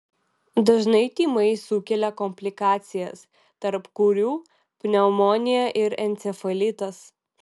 dažnai tymai sukelia komplikacijas tarp kurių pneumonija ir encefalitas